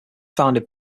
founded